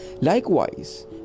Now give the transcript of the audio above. Likewise